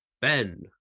Ben